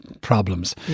problems